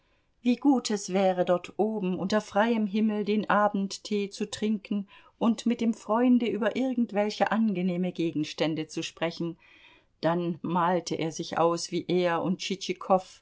wie gut es wäre dort oben unter freiem himmel den abendtee zu trinken und mit dem freunde über irgendwelche angenehme gegenstände zu sprechen dann malte er sich aus wie er und